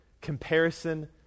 comparison